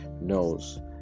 knows